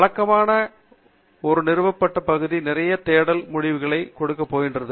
வழக்கமாக ஒரு நிறுவப்பட்ட பகுதி நிறைய தேடல் முடிவுகளை கொடுக்க போகிறது